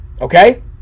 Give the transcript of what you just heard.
Okay